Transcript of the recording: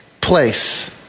place